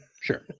Sure